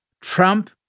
Trump